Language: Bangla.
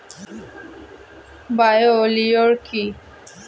বায়ো লিওর কি?